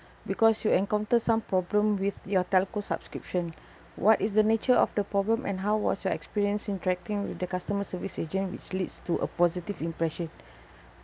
because you encounter some problem with your telco subscription what is the nature of the problem and how was your experience interacting with the customer service agent which leads to a positive impression